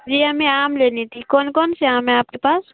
جی ہمیں آم لینی تھی کون کون سے آم ہیں آپ کے پاس